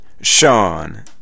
Sean